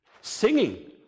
Singing